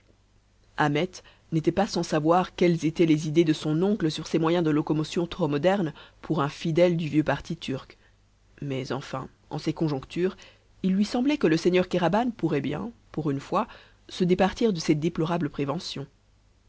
ahmet n'était pas sans savoir quelles étaient les idées de son oncle sur ces moyens de locomotion trop modernes pour un fidèle du vieux parti turc mais enfin en ces conjonctures il lui semblait que le seigneur kéraban pourrait bien pour une fois se départir de ses déplorables préventions